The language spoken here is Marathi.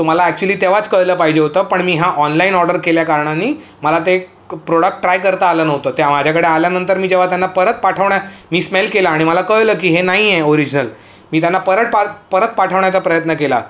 तुम्हाला ॲक्च्युली तेव्हाच कळलं पाहिजे होतं पण मी हा ऑनलाईन ऑर्डर केल्या कारणानी मला ते प्रोडक्ट ट्राय करता आलं नव्हतं त्या माझ्याकडे आल्यानंतर मी जेव्हा त्यांना परत पाठवण्याल केलं आणि मला कळलं की हे नाहीये ओरिजिनल मी त्यांना परत पा परत पाठवण्याचा प्रयत्न केला